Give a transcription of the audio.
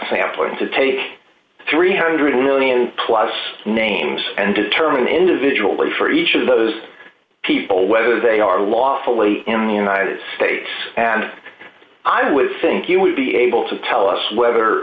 sampling to take three hundred million dollars plus names and determine individually for each of those people whether they are lawfully in the united states and i would think you would be able to tell us whether